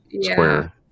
square